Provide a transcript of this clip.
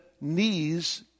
knees